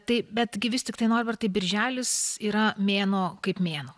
tai bet gi vis tiktai norbertai birželis yra mėnuo kaip mėnuo